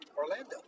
Orlando